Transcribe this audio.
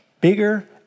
bigger